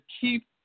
keep